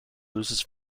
loses